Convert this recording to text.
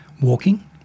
walking